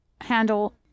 handle